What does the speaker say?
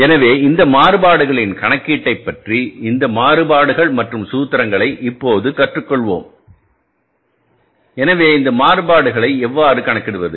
எனவே இந்த மாறுபாடுகளின் கணக்கீட்டைப் பற்றி இந்த மாறுபாடுகள் மற்றும் சூத்திரங்களை இப்போதுகற்றுக்கொள்வோம் எனவே இந்த மாறுபாடுகளை எவ்வாறு கணக்கிடுவது